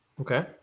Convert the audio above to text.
Okay